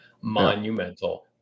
Monumental